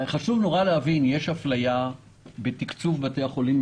חשוב להבין שיש אפליה קיצונית מאוד בתקצוב בתי החולים.